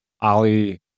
Ali